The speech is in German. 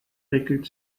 räkelt